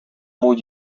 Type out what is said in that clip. mots